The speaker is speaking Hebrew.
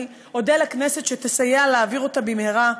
ואני אודה לכנסת שתסייע להעביר אותה במהרה,